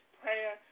prayer